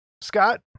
Scott